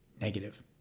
negative